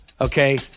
okay